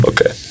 Okay